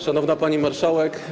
Szanowna Pani Marszałek!